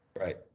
Right